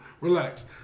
Relax